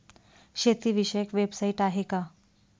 शेतीविषयक वेबसाइट आहे का?